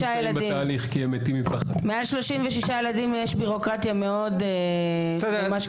ילדים יש בירוקרטיה מאוד ממש כבדה.